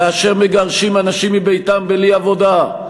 כאשר מגרשים אנשים מביתם בלי עבודה,